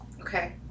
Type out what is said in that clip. Okay